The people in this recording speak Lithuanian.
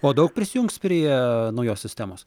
o daug prisijungs prie naujos sistemos